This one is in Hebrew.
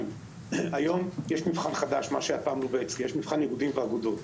היום יש מבחן חדש, מבחן איגודים ואגודות.